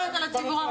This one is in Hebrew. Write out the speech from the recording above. --- על הציבור הרחב.